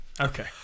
Okay